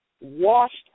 washed